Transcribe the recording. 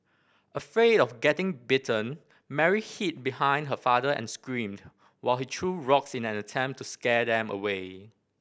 afraid of getting bitten Mary hid behind her father and screamed while he threw rocks in an attempt to scare them away